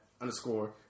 underscore